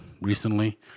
recently